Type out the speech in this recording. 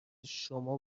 شما